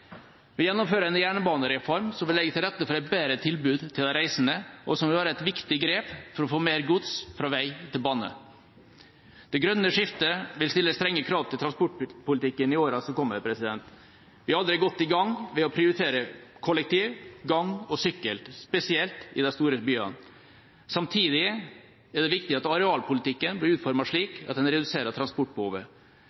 Vi gjennomfører en jernbanereform som vil legge til rette for et bedre tilbud til de reisende, og som vil være et viktig grep for å få mer gods fra vei til bane. Det grønne skiftet vil stille strenge krav til transportpolitikken i åra som kommer. Vi er allerede godt i gang ved å prioritere kollektiv, gang og sykkel, spesielt i de store byene. Samtidig er det viktig at arealpolitikken blir utformet slik at den reduserer transportbehovet.